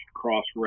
cross